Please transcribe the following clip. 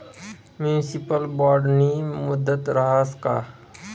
Municipal बॉन्डनी मुदत रहास का?